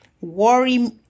worry